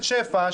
הכנסת שפע,